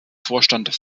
vorstand